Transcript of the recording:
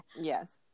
yes